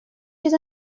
چیز